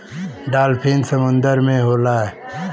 dolphin समुंदर में होला